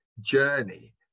journey